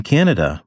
Canada